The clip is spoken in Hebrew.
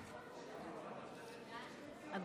שקט בבקשה באולם.